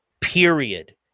Period